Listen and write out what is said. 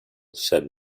said